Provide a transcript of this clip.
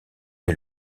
est